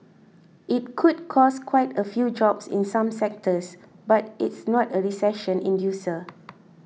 it could cost quite a few jobs in some sectors but it's not a recession inducer